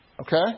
Okay